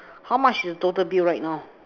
how much your total bill right now